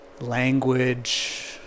language